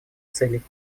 целей